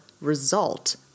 result